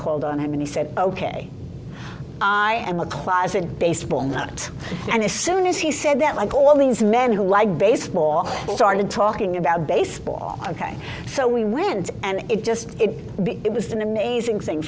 called on him and he said ok i am a closet baseball not and as soon as he said that like all these men who like baseball started talking about baseball ok so we went and it just it was an amazing thing